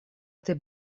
этой